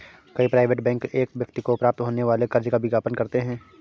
कई private bank एक व्यक्ति को प्राप्त होने वाले कर्ज का विज्ञापन करते हैं